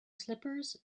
slippers